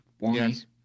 Yes